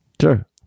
Sure